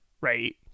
right